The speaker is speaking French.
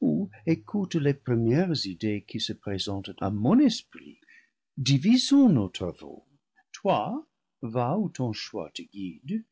ou écoute les premières idées qui se présentent à mon esprit divisons nos travaux toi va où ton choix te guide